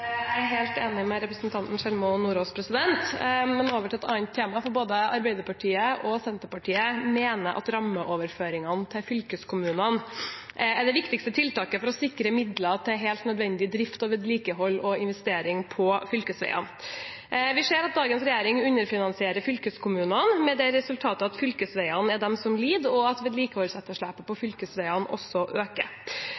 Jeg er helt enig med representanten Sjelmo Nordås. Men over til et annet tema: Både Arbeiderpartiet og Senterpartiet mener at rammeoverføringene til fylkeskommunene er det viktigste tiltaket for å sikre midler til helt nødvendig drift, vedlikehold og investering på fylkesveiene. Vi ser at dagens regjering underfinansierer fylkeskommunene, med det resultatet at fylkesveiene er dem som lider, og at vedlikeholdsetterslepet på